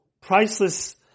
priceless